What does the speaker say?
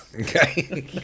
Okay